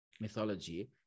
mythology